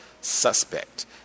suspect